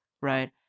right